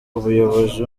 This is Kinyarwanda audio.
umuyobozi